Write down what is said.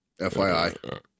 FYI